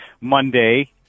Monday